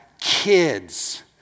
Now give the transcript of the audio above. kids